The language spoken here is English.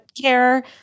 care